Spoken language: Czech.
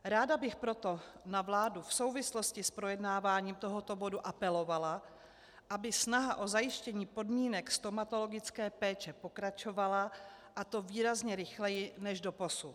Ráda bych proto v souvislosti s projednáváním tohoto bodu apelovala na vládu, aby snaha o zajištění podmínek stomatologické péče pokračovala, a to výrazně rychleji než doposud.